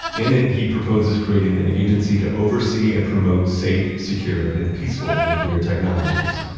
in it, he proposes creating an agency to oversee and promote safe, secure and peaceful nuclear technologies,